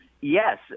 yes